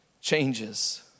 changes